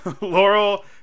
Laurel